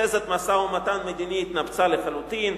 תזת המשא-ומתן המדיני התנפצה לחלוטין,